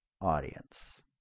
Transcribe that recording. audience